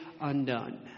undone